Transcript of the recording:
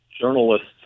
journalists